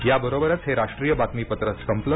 याबरोबरच हे राष्ट्रीय बातमीपत्र संपलं